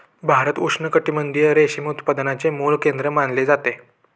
भारत उष्णकटिबंधीय रेशीम उत्पादनाचे मूळ केंद्र मानले जाते